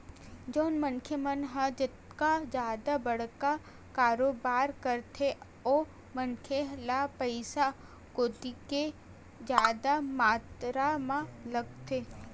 जउन मनखे मन ह जतका जादा बड़का कारोबार करथे ओ मनखे ल पइसा ओतके जादा मातरा म लगथे